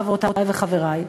חברותי וחברי,